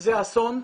זה אסון.